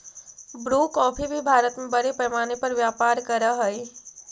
Bru coffee भी भारत में बड़े पैमाने पर व्यापार करअ हई